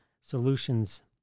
solutions